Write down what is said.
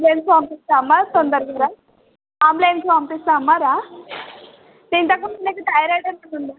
నేను పంపిస్తాను అమ్మ తొందరగా అంబులెన్స్ పంపిస్తాను అమ్మ రా ఇంతక ముందు నీకు థైరాయిడ్ ఏమన్న ఉందా